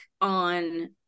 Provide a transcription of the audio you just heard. on